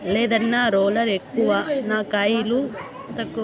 లేదన్నా, రోలర్ ఎక్కువ నా కయిలు తక్కువ